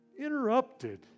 interrupted